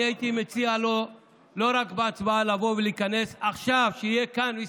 אני הייתי מציע לו לבוא ולהיכנס עכשיו לכאן,